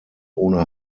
ohne